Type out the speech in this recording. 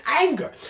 anger